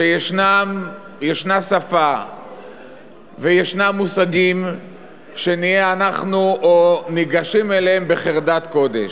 יש שפה ויש מושגים שניגשים אליהם בחרדת קודש.